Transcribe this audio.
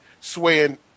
swaying